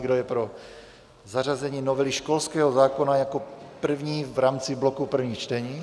Kdo je pro zařazení novely školského zákona jako první v rámci bloku prvních čtení?